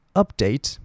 update